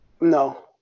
No